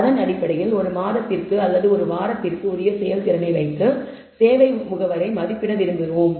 அதன் அடிப்படையில் ஒரு மாதத்திற்கு அல்லது ஒரு வாரத்திற்கு உரிய செயல்திறனை வைத்து சேவை முகவரை மதிப்பிட விரும்புகிறீர்கள்